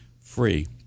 free